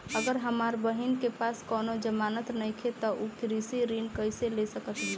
अगर हमार बहिन के पास कउनों जमानत नइखें त उ कृषि ऋण कइसे ले सकत बिया?